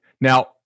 now